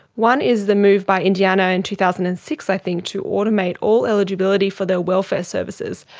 one is the move by indiana in two thousand and six i think to automate all eligibility for their welfare services.